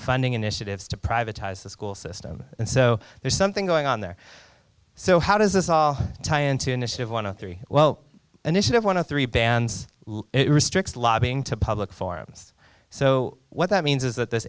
funding initiatives to privatized the school system and so there's something going on there so how does this all tie into initiative one of three well initiative one of three bands it restricts lobbying to public forums so what that means is that th